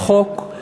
בחוק.